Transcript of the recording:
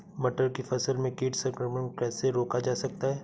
मटर की फसल में कीट संक्रमण कैसे रोका जा सकता है?